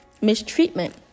mistreatment